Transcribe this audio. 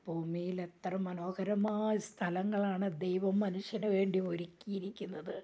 ഭൂമിയിൽ എത്ര മനോഹരമായ സ്ഥലങ്ങളാണ് ദൈവം മനുഷ്യന് വേണ്ടി ഒരുക്കിയിരിക്കുന്നത്